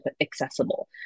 accessible